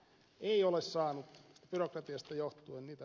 ei ole saanut byrokratiasta johtuen niitä